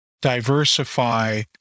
diversify